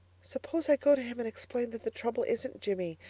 suppose i go to him and explain that the trouble isn't jimmie,